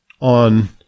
on